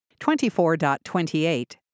24.28